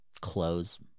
Clothes